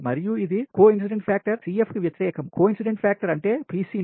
మరియు ఇది coincidence factor కి వ్యతిరేకం కోఇన్సిడెంట్సి ఫ్యాక్టర్ అంటే Pc ని